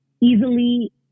easily